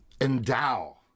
Endow